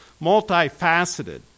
multifaceted